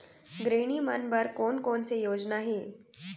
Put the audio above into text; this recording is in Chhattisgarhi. गृहिणी मन बर कोन कोन से योजना हे?